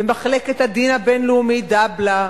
ומחלקת הדין הבין-לאומי, דבל"א,